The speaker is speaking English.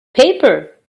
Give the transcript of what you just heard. paper